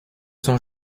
sont